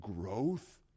growth